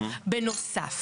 בנוסף.